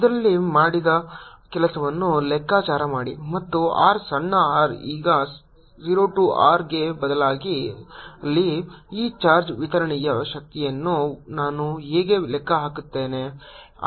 ಇದರಲ್ಲಿ ಮಾಡಿದ ಕೆಲಸವನ್ನು ಲೆಕ್ಕಾಚಾರ ಮಾಡಿ ಮತ್ತು r ಸಣ್ಣ r ಈಗ 0 ಟು R ಗೆ ಬದಲಾಗಲಿ ಈ ಚಾರ್ಜ್ ವಿತರಣೆಯ ಶಕ್ತಿಯನ್ನು ನಾನು ಹೇಗೆ ಲೆಕ್ಕ ಹಾಕುತ್ತೇನೆ